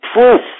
proof